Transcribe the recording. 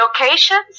locations